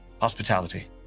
hospitality